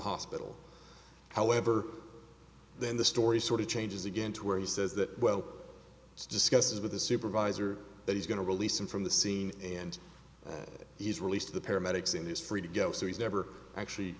hospital however then the story sort of changes again to where he says that well it's discussed with the supervisor that he's going to release him from the scene and he's released the paramedics in this free to go so he's never actually